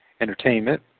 entertainment